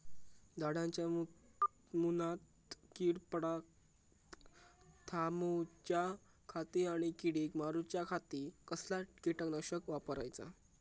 झाडांच्या मूनात कीड पडाप थामाउच्या खाती आणि किडीक मारूच्याखाती कसला किटकनाशक वापराचा?